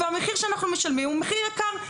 והמחיר שאנחנו משלמים הוא מחיר יקר,